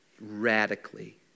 radically